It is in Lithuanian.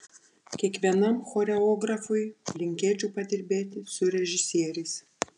kiekvienam choreografui linkėčiau padirbėti su režisieriais